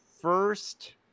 first